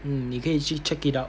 mm 你可以去 check it out